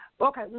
Okay